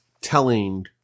telling